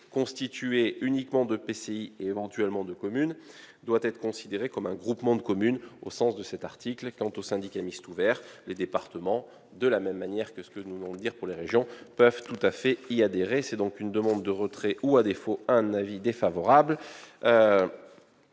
constitué uniquement d'EPCI et, éventuellement, de communes doit être considéré comme un groupement de communes au sens de cet article. Quant au syndicat mixte ouvert, les départements, comme nous venons de le signaler pour les régions, peuvent tout à fait y adhérer. Ce sera donc une demande de retrait ou, à défaut, un avis défavorable.